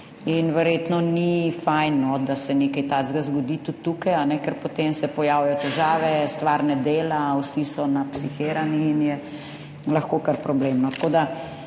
in verjetno ni fajn, no, da se nekaj takega zgodi tudi tukaj, ker potem se pojavijo težave, stvar ne dela, vsi so »napsihirani« in je lahko kar problem.